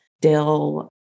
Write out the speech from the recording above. dill